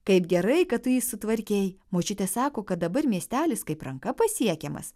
kaip gerai kad tu jį sutvarkei močiutė sako kad dabar miestelis kaip ranka pasiekiamas